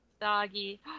Doggy